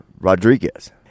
Rodriguez